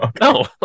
No